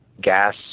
gas